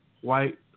white